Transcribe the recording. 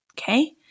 Okay